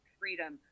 freedom